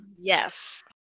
Yes